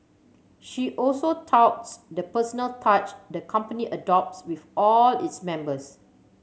she also touts the personal touch the company adopts with all its members